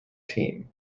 team